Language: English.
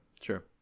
Sure